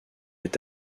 est